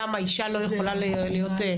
למה אישה לא יכולה להיות.